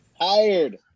Tired